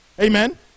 amen